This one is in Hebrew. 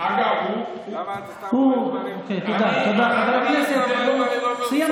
תודה, חבר הכנסת יברקן.